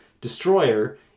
destroyer